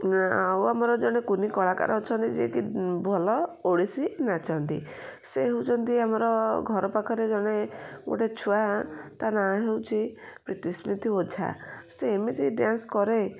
ଆଉ ଆମର ଜଣେ କୁନି କଳାକାର ଅଛନ୍ତି ଯିଏକି ଭଲ ଓଡ଼ିଶୀ ନାଚନ୍ତି ସେ ହେଉଛନ୍ତି ଆମର ଘର ପାଖରେ ଜଣେ ଗୋଟେ ଛୁଆ ତା ନାଁ ହେଉଛି ପ୍ରୀତିସ୍ମିତି ଓଝା ସେ ଏମିତି ଡ୍ୟାନ୍ସ୍ କରେ